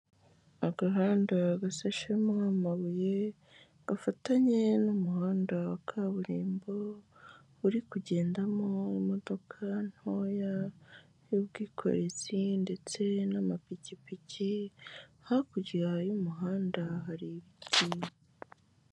Agahanda gasashemo amabuye, gafatanye n'umuhanda wa kaburimbo, uri kugendamo imodoka ntoya y'ubwikorezi ndetse n'amapikipiki, hakurya y'umuhanda hari ibiti.